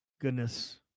goodness